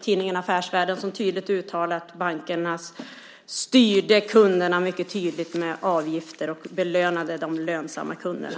Tidningen Affärsvärlden uttalade tydligt att bankerna styrde kunderna mycket tydligt med avgifter och belönade de lönsamma kunderna.